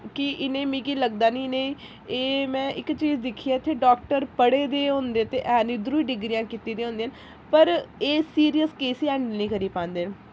कि इ'नें मिकी लगदा निं इ'नें एह् में इक चीज दिक्खी इत्थै डाक्टर पढ़े दे होंदे ते है इद्धरों डिग्रियां कीती दियां होंदियां न पर एह् सीरियस केस गी हैंडल नी करी पांदे न